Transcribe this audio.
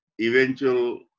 eventual